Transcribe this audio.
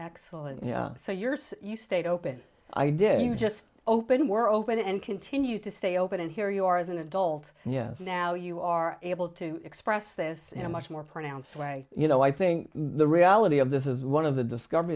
excellent sawyer's you stayed open i did you just open were open and continue to stay open and here you are as an adult and yes now you are able to express this in a much more pronounced way you know i think the reality of this is one of the discover